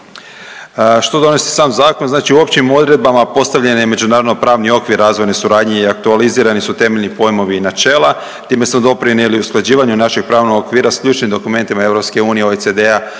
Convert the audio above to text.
Što donosi sam zakon? Znači u općim odredbama postavljen je međunarodno-pravni okvir razvojne suradnje i aktualizirani su temeljni pojmovi i načela. Time smo doprinijeli usklađivanju našeg pravnog okvira sa ključnim dokumentima EU OECD-a